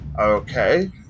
Okay